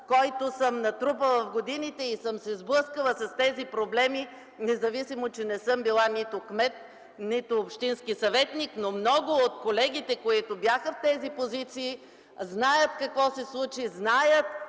който съм натрупала в годините и съм се сблъскала с тези проблеми, независимо че не съм била нито кмет, нито общински съветник. Много от колегите, които бяха в такива позиции, знаят лошата практика, която